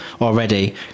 already